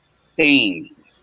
stains